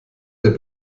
der